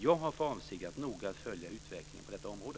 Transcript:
Jag har för avsikt att noga följa utvecklingen på detta område.